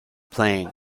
playing